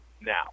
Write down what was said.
now